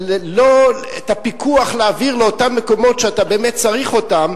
את הפיקוח להעביר לאותם מקומות שבהם אתה באמת צריך אותו,